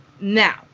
Now